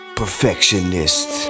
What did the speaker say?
perfectionist